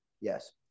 Yes